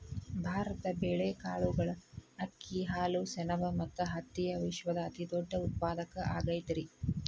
ಭಾರತ ಬೇಳೆ, ಕಾಳುಗಳು, ಅಕ್ಕಿ, ಹಾಲು, ಸೆಣಬ ಮತ್ತ ಹತ್ತಿಯ ವಿಶ್ವದ ಅತಿದೊಡ್ಡ ಉತ್ಪಾದಕ ಆಗೈತರಿ